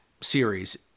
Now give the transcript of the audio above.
series